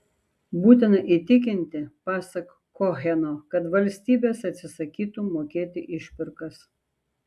būtina įtikinti pasak koheno kad valstybės atsisakytų mokėti išpirkas